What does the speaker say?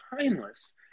Timeless